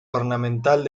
ornamental